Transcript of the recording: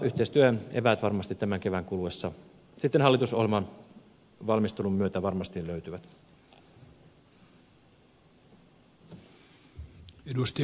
yhteistyön eväät tämän kevään kuluessa hallitusohjelman valmistelun myötä varmasti sitten löytyvät